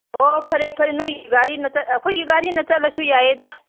ꯑꯣ ꯐꯔꯦ ꯐꯔꯦ ꯅꯣꯏꯒꯤ ꯒꯥꯔꯤꯅ ꯑꯩꯈꯣꯏꯒꯤ ꯒꯥꯔꯤꯅ ꯆꯠꯂꯁꯨ ꯌꯥꯏꯌꯦꯗ